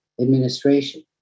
administration